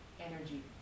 energy